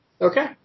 Okay